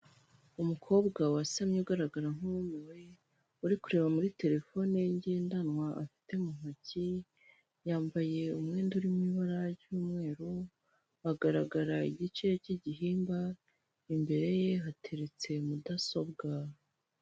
Umukobwa wasamye ugaragara nk'uwumiwe, uri kureba muri telefone ye ngendanwa afite mu ntoki, yambaye umwenda urimo ibara ry'umweru, agaragara igice cy'igihimba, imbere ye hateretse mudasobwa.